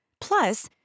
Plus